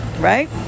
Right